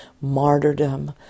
martyrdom